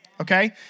okay